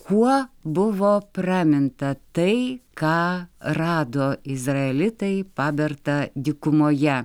kuo buvo praminta tai ką rado izraelitai paberta dykumoje